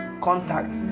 contact